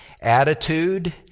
attitude